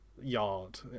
Yard